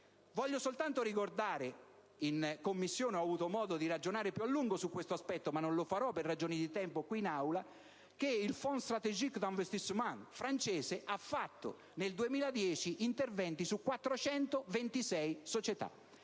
qui in Aula - che il Fond Stratégique d'Investissement francese ha fatto nel 2010 interventi su 426 società.